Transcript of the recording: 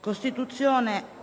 **Costituzione